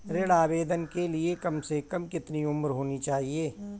ऋण आवेदन के लिए कम से कम कितनी उम्र होनी चाहिए?